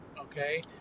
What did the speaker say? okay